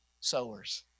sowers